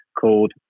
called